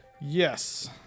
yes